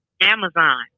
Amazon